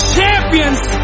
Champions